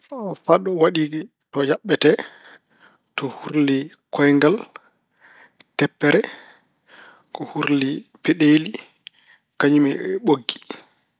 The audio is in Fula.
Faɗo waɗi to yaɓɓete, to urli kooyngal, teppere, ko urli peɗeeli, kañum e ɓoggi.